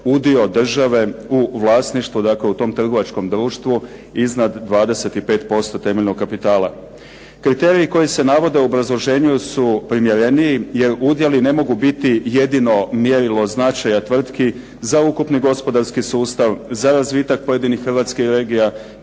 udio države u vlasništvu, dakle u tom trgovačkom društvu iznad 25% temeljnog kapitala. Kriteriji koji se navode u obrazloženju su primjereniji, jer udjeli ne mogu biti jedino mjerilo značaja tvrtki za ukupni gospodarski sustav, za razvitak pojedinih hrvatskih regija